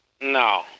No